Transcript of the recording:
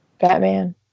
Batman